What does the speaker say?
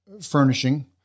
furnishing